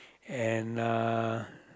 and uh